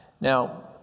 Now